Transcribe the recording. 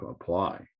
apply